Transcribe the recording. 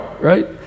right